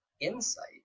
insight